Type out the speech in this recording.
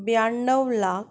ब्याणव लाख